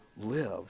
live